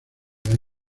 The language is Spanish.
años